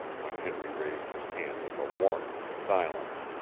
when henry raised his hand with a warning to silence.